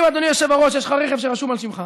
אדוני היושב-ראש, אם יש לך רכב שרשום על שמך,